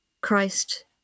Christ